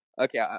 Okay